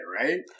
right